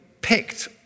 picked